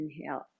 Inhale